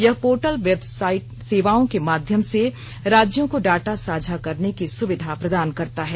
यह portal web सेवाओं के माध्यम से राज्यों को डाटा साझा करने की सुविधा प्रदान करता है